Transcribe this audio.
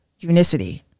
unicity